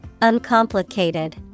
uncomplicated